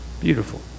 Beautiful